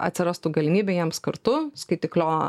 atsirastų galimybė jiems kartu skaitiklio